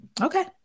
Okay